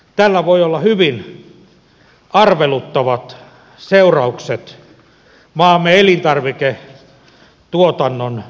tällä voi olla hyvin arveluttavat seuraukset maamme elintarviketuotannon kannalta